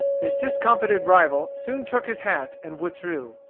his discomfited rival soon took his hat and withdrew,